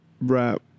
rap